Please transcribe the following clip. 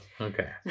okay